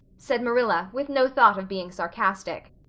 said marilla, with no thought of being sarcastic.